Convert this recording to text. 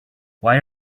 why